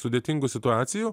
sudėtingų situacijų